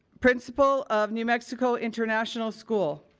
principal of new mexico international school.